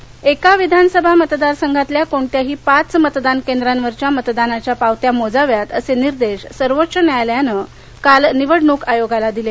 न्यायालय एका विधानसभा मतदारसंघातल्या कोणत्याही पाच मतदान केंद्रावरच्या मतदानाच्या पावत्या मोजाव्यात असे निर्देश सर्वोच्च न्यायालयानं काल निवडणूक आयोगाला दिले